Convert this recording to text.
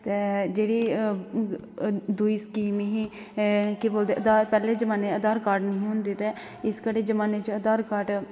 ते जेहडी दूई स्कीम ही हे केह् बोलदे पैहल जमाने च आधार कार्ड नेईं हे होंदे ते इस केह्डे जमाने च आधार कार्ड